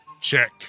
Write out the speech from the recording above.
Check